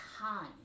time